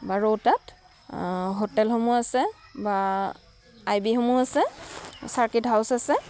বা ৰৌতাত হোটেলসমূহ আছে বা আই বিসমূহ আছে চাৰ্কিট হাউচ আছে